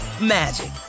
magic